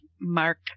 Mark